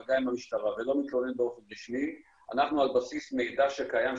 מגע עם המשטרה ולא מתלונן באופן רשמי אנחנו על בסיס מידע שהוא קיים,